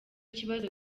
kibazo